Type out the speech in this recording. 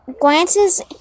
glances